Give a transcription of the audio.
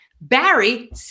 Barry